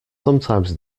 sometimes